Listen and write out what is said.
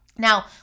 Now